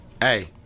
hey